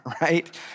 right